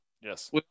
yes